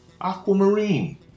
aquamarine